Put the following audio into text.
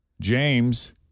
James